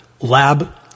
Lab